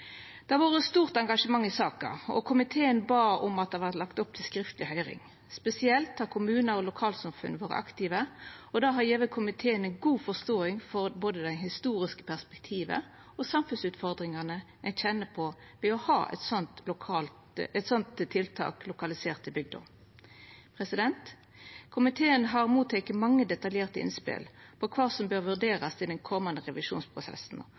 Det har vore stort engasjement i saka, og komiteen bad om at det vart lagt opp til skriftleg høyring. Spesielt har kommunar og lokalsamfunn vore aktive, og det har gjeve komiteen ei god forståing for både det historiske perspektivet og samfunnsutfordringane ein kjenner på ved å ha eit slikt tiltak lokalisert i bygda. Komiteen har fått mange detaljerte innspel om kva som bør vurderast i den komande revisjonsprosessen,